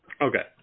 okay